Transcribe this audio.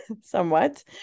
somewhat